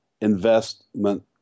investment